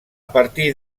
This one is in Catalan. partir